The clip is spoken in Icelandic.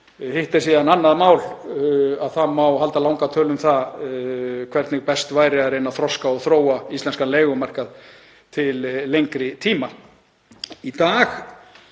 Hitt er síðan annað mál að það má halda langa tölu um það hvernig best væri að reyna að þroska og þróa íslenskan leigumarkað til lengri tíma.